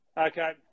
Okay